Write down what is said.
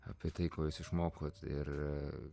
apie tai ko jūs išmokot ir